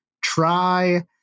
Try